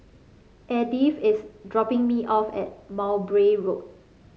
Edyth is dropping me off at Mowbray Road